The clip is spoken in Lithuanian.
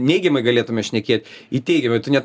neigiamai galėtume šnekėt į teigiamai tu net